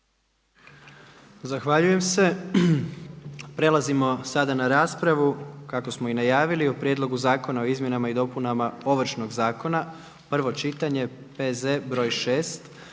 Gordan (HDZ)** Prelazimo sada na raspravu kako smo i najavio o: - Prijedlog zakona o izmjenama i dopunama Ovršnog zakona, prvo čitanje, P.Z. broj 6.